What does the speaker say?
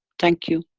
thank you.